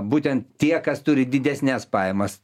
būtent tie kas turi didesnes pajamas